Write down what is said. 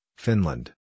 Finland